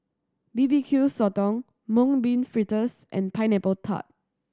B B Q Sotong Mung Bean Fritters and Pineapple Tart